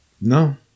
No